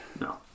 no